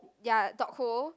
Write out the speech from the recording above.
ya dog hole